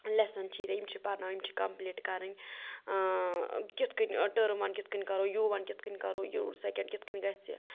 lesson چھِ ییٖتیٛاہ یِم چھِ پرناوٕنۍ یِم چھِ کَمپٔلیٖٹ کَرٕنۍ کِتھ کٔنۍ ٹٔرٕم وَن کِتھ کٔنۍ کَرو یوٗ وَن کِتھ کٔنۍ کَرو یوٗنٹ سٮ۪کںٛڈ کِتھ کٔنۍ گژھِ